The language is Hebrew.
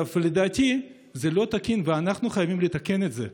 לדעתי זה לא תקין, ואנחנו חייבים לתקן את זה.